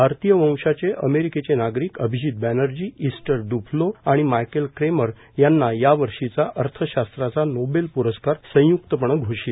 भारतीय वंशाचे अमेरिकेचे नागरिक अभिजित बॅनर्जी इस्थर डुफ्लो आणि मायकेल क्रेमर यांना यावर्षीचा अर्थशास्त्राचा नोबेल पुरस्कार संयुक्तपणे घोषित